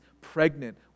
pregnant